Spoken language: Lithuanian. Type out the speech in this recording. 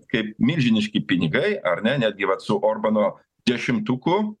kaip milžiniški pinigai ar ne netgi vat su orbano dešimtuku